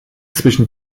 zwischen